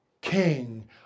king